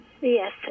Yes